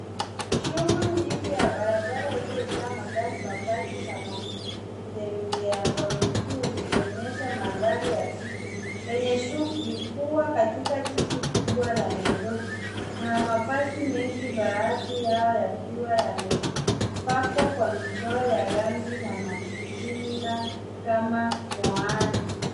Shughuli nyingi ya barabara iliyojaa magari, mabasi na watembea kwa miguu ikionyesha mandhari ya jiji lenye shughuli kuwa katika jiji kubwa la Nairobi. Kuna mabasi mengi baadhi yao yakiwa yamepakwa kwa michoro ya rangi na majina kama Moana.